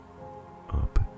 up